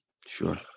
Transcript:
sure